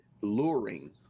luring